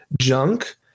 junk